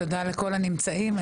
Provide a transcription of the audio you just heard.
תודה לכל הנמצאים.